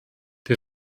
die